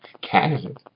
candidate